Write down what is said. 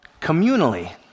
communally